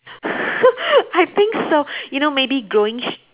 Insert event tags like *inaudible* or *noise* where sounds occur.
*laughs* I think so you know maybe growing sh~